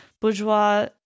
bourgeois